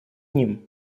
ним